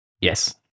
Yes